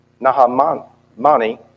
Nahamani